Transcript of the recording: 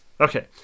Okay